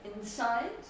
inside